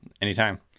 Anytime